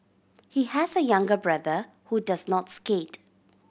he has a younger brother who does not skate